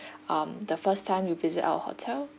um the first time you visit our hotel